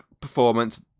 performance